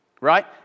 Right